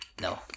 No